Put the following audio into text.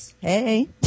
hey